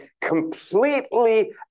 completely